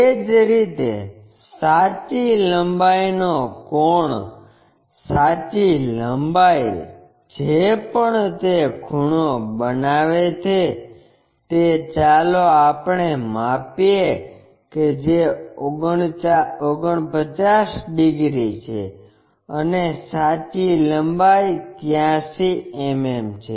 તે જ રીતે સાચી લંબાઈનો કોણ સાચી લંબાઈ જે પણ તે ખૂણો બનાવે છે તે ચાલો આપણે માપીએ કે જે 49 ડિગ્રી છે અને સાચી લંબાઈ 83 mm છે